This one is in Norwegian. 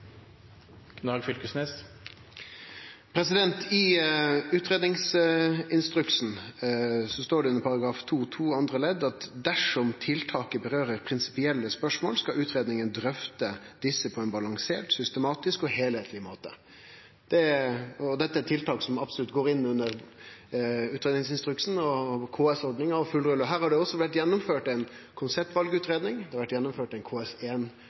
I utgreiingsinstruksen står det under § 2-2 andre ledd: «Dersom tiltaket berører prinsipielle spørsmål, skal utredningen drøfte disse på en balansert, systematisk og helhetlig måte.» Og dette er eit tiltak som absolutt går inn under utgreiingsinstruksen og KS-ordninga. Her har det også vore gjennomført ei konseptvalutgreiing, det har vore gjennomført